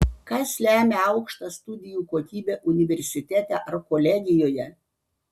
kas lemia aukštą studijų kokybę universitete ar kolegijoje